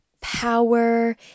power